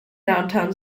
downtown